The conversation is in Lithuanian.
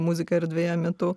muzika erdvėje mitų